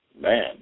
man